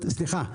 סליחה,